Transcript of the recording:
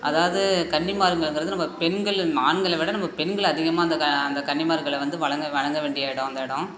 அதாவது கன்னிமாருங்கங்கறது நம்ம பெண்கள் ஆண்களை விட நம்ம பெண்கள் அதிகமாக அந்த க அந்த கன்னிமார்களை வந்து வணங்க வணங்கவேண்டிய எடம் அந்த எடம்